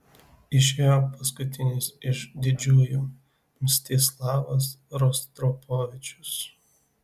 išėjo paskutinis iš didžiųjų mstislavas rostropovičius